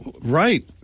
right